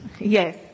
Yes